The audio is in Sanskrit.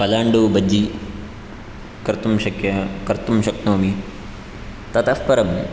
पलाण्डु बज्जि कर्तुं शक्य कर्तुं शक्नोमि ततः परं